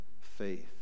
faith